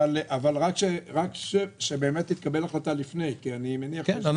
אבל רק שתתקבל החלטה לפני כי אני מניח --- כן.